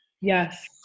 yes